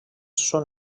són